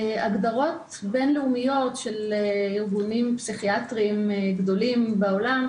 הגדרות בינלאומיות של ארגונים פסיכיאטריים גדולים בעולם,